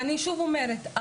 ואני שוב אומרת,